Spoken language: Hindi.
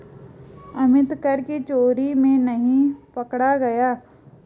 अमित कर की चोरी में नहीं पकड़ा गया